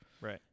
Right